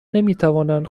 نمیتوانند